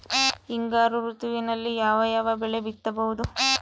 ಹಿಂಗಾರು ಋತುವಿನಲ್ಲಿ ಯಾವ ಯಾವ ಬೆಳೆ ಬಿತ್ತಬಹುದು?